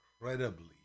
incredibly